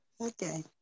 Okay